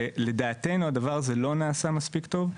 לדעתנו הדבר הזה לא נעשה מספיק טוב.